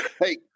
Hey